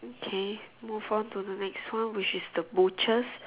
okay move on to the next one which is the butchers